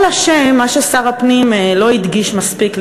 אלא שמה ששר הפנים לא הדגיש מספיק,